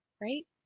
right